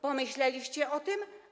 Pomyśleliście o tym?